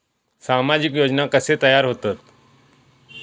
सामाजिक योजना कसे तयार होतत?